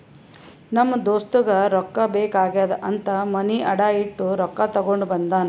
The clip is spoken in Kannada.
ನಮ್ ದೋಸ್ತಗ ರೊಕ್ಕಾ ಬೇಕ್ ಆಗ್ಯಾದ್ ಅಂತ್ ಮನಿ ಅಡಾ ಇಟ್ಟು ರೊಕ್ಕಾ ತಗೊಂಡ ಬಂದಾನ್